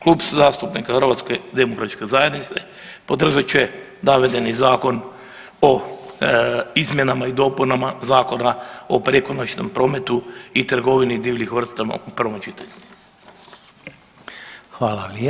Klub zastupnika HDZ-a podržati će navedeni Zakon o izmjenama i dopunama Zakona o prekonoćnom prometu i trgovini divljim vrstama u prvom čitanju.